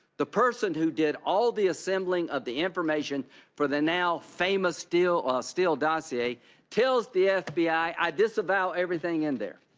the person who did all the assembling of the information for the now famous steele steele dossier tells the f b i, i disavow everything in there.